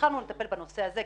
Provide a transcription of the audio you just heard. התחלנו לטפל בנושא הזה.